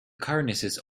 cornices